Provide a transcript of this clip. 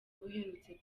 uherutse